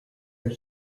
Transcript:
are